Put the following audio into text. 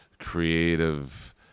creative